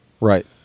Right